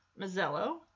Mazzello